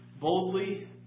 boldly